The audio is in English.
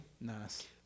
nice